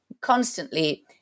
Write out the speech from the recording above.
constantly